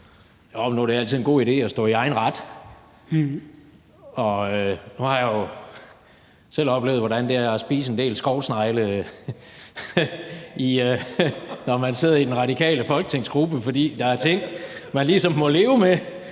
er det altid en god idé at stå i egen ret, og nu har jeg jo selv oplevet, hvordan det er at spise en del skovsnegle, når man sidder i den radikale folketingsgruppe, for der er ting, man ligesom må leve med